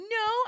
no